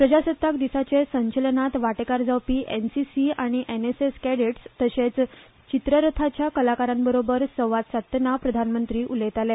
प्रजासत्ताक दिसाचे संचलनांत वांटेकार जावपी एनसीसी आनी एनएएसएस कॅडेट्स तशेच चित्ररथांच्या कलाकारांबरोबर संवाद सादतना प्रधानमंत्री उलयताले